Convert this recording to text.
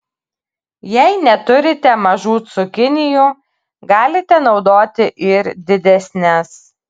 jei neturite mažų cukinijų galite naudoti ir didesnes